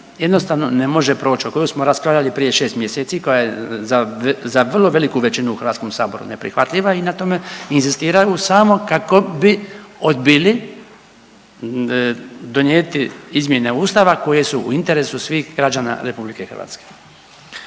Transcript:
jednostavno ne može proć o kojoj smo raspravljali prije šest mjeseci i koja je za vrlo veliku većinu u HS-u neprihvatljiva i na tom inzistiraju samo kako bi odbili donijeti izmjene Ustava koje su u interesu svih građana RH.